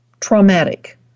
traumatic